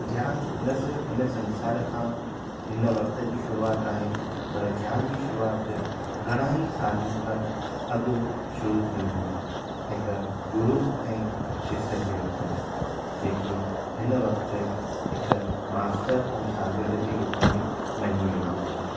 ज्ञान न सिर्फु़ हिनु संसारु खां हिन वक़्तु जी शुरूआति आहे पर ज्ञान जी शुरूआति घणा ही सालनि खां अॻु शुरू थी हुई हिकु गुरु ऐ शिष्य जे रुप में जेकी हिन वक्तु हिकु मास्टरु ऐं शागिर्दु जे रूप में मञी वेंदी आहे